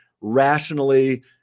rationally